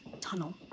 tunnel